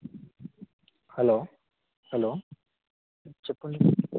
hello hello చెప్పండి